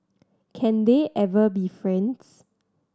can they ever be friends